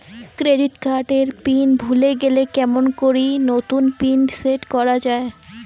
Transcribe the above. Credit card এর pin ভুলে গেলে কেমন করি নতুন পিন সেট করা য়ায়?